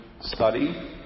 study